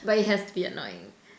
but it has to be annoying